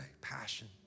passion